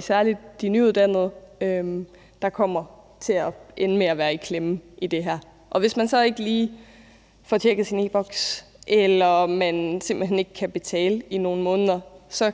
særlig de nyuddannede, der kommer til at ende med at være i klemme i det her. Hvis man så ikke lige får tjekket sin e-Boks eller man simpelt hen ikke kan betale i nogle måneder,